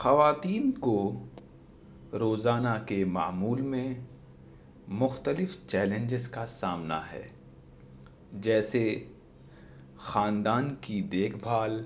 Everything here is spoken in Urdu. خواتین کو روزانہ کے معمول میں مختلف چیلنجیز کا سامنا ہے جیسے خاندان کی دیکھ بھال